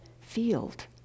field